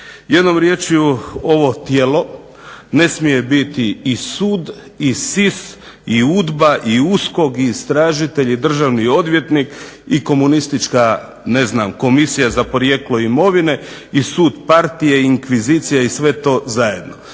Jednom riječju ovo tijelo ne smije biti i sud i SIS i UDBA i USKOK i istražitelj i državni odvjetnik i komunistička ne znam komisija za porijeklo imovine i sud partije i inkvizicija i sve to zajedno.